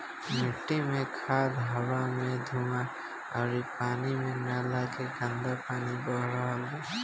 मिट्टी मे खाद, हवा मे धुवां अउरी पानी मे नाला के गन्दा पानी बह रहल बा